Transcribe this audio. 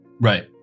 Right